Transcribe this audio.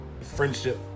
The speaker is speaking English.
friendship